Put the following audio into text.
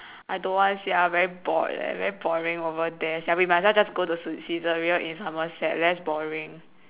I don't want sia very bored leh very boring over there sia we might as well go to Saizeriya in somerset less boring